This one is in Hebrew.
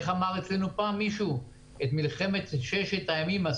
אגב, חשוב להגיד ש-70% מהשחקנים פעילים היום,